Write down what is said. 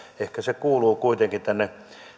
ehkä se kuuluu kuitenkin tänne